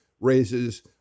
raises